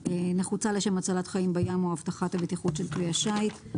נחוצה לשם הצלת חיים בים או הבטחת בטיחות של כלי השיט.